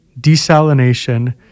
desalination